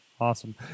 awesome